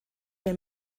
mehr